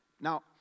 Now